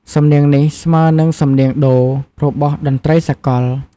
សំនៀងនេះស្មើនឹងសំនៀងដូ របស់តន្ដ្រីសាកល។